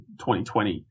2020